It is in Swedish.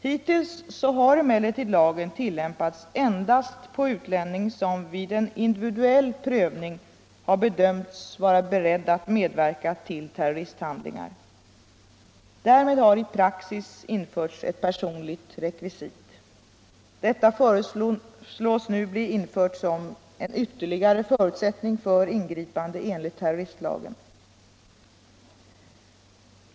Hittills har emellertid lagen tillämpats endast på utlänning som vid en individuell prövning har bedömts vara beredd att medverka till terroristhandlingar. Därmed har i praxis införts ett personligt rekvisit. Detta föreslås nu bli infört som en ytterligare förutsättning för ingripande enligt terroristlagen.